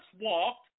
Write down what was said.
walked